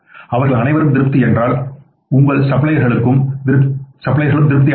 அவர்கள் அனைவரும் திருப்தி என்றால் உங்கள் சப்ளையர்களும் திருப்தி அடைகின்றனர்